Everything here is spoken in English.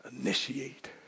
initiate